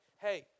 hey